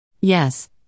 Yes